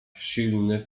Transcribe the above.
silnych